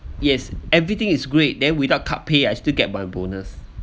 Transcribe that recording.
yes everything is great then without cut pay I still get my bonus